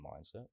mindset